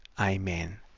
amen